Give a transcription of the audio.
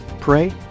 Pray